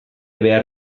behar